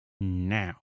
now